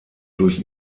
durch